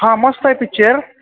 हां मस्त आहे पिक्चर